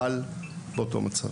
אבל באותו מצב.